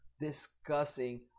discussing